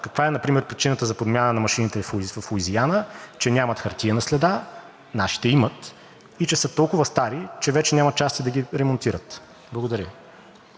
каква е например причината за подмяна на машините в Луизиана, че нямат хартиена следа, нашите имат, и че са толкова стари, че вече нямат части да ги ремонтират. Благодаря